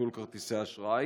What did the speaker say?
ביטול כרטיסי אשראי,